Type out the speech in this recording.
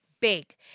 Big